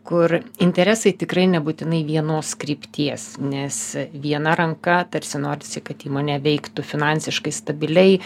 kur interesai tikrai nebūtinai vienos krypties nes viena ranka tarsi norisi kad įmonė veiktų finansiškai stabiliai